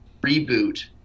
reboot